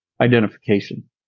identification